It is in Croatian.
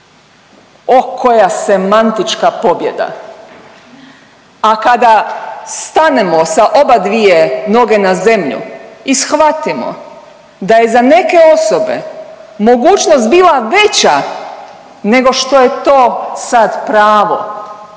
O koja semantička pobjeda. A kada stanemo sa obadvije noge na zemlju i shvatimo da je za neke osobe mogućnost bila veća nego što je to sad pravo